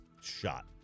shot